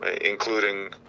including